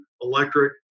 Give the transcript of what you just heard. electric